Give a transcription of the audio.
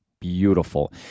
beautiful